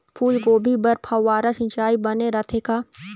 फूलगोभी बर फव्वारा सिचाई बने रथे का?